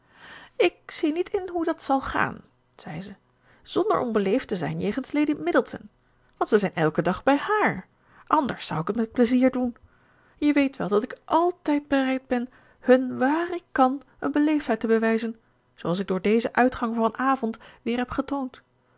ik zie niet in hoe dat zal gaan zei ze zonder onbeleefd te zijn jegens lady middleton want ze zijn elken dag bij hààr anders zou ik het met pleizier doen je weet wel dat ik altijd bereid ben hun wààr ik kan een beleefdheid te bewijzen zooals ik door dezen uitgang van avond weer heb getoond